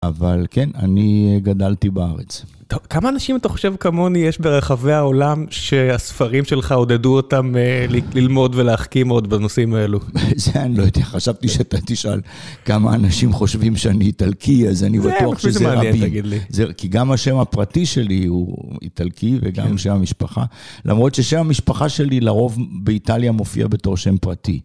אבל כן, אני גדלתי בארץ. כמה אנשים אתה חושב כמוני יש ברחבי העולם שהספרים שלך עודדו אותם ללמוד ולהחכים עוד בנושאים האלו? זה אני לא יודע... חשבתי שאתה תשאל כמה אנשים חושבים שאני איטלקי, אז אני בטוח שזה רבים. כי גם השם הפרטי שלי הוא איטלקי, וגם הוא שם המשפחה. למרות ששם המשפחה שלי לרוב באיטליה מופיע בתור שם פרטי.